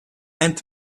and